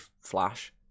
Flash